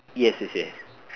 yes yes yes